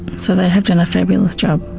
so they have done a fabulous job.